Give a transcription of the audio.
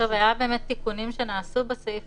טוב, היו באמת תיקונים שנעשו בסעיף